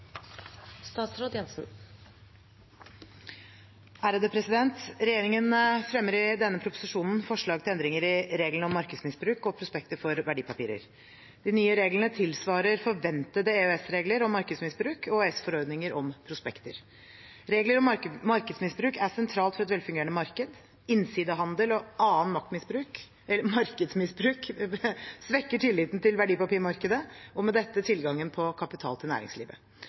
Regjeringen fremmer i denne proposisjonen forslag til endringer i reglene om markedsmisbruk og prospekter for verdipapirer. De nye reglene tilsvarer forventede EØS-regler om markedsmisbruk og EØS-forordninger om prospekter. Regler om markedsmisbruk er sentralt for et velfungerende marked. Innsidehandel og annen markedsmisbruk svekker tilliten til verdipapirmarkedet og med dette tilgangen på kapital til næringslivet.